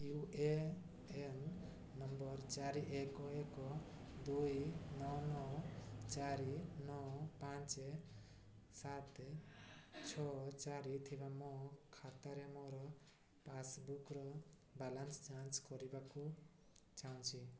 you A N number ଚାରି ଏକ ଏକ ଦୁଇ ନଅ ନଅ ଚାରି ନଅ ପାଞ୍ଚ ସାତ ଛଅ ଚାରି ଥିବା ମୋ ଖାତାରେ ମୋର ପାସ୍ବୁକ୍ର ବାଲାନ୍ସ ଯାଞ୍ଚ କରିବାକୁ ଚାହୁଁଛି